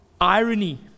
irony